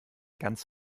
ganz